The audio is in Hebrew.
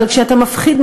אבל כשאתה מפחיד,